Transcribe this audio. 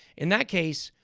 in that case,